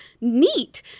Neat